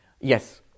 Yes